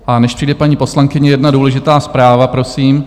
A než přijde paní poslankyně, jedna důležitá zpráva, prosím.